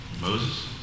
Moses